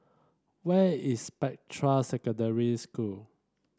where is Spectra Secondary School